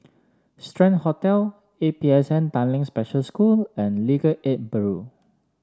Strand Hotel A P S N Tanglin Special School and Legal Aid Bureau